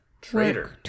Traitor